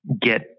get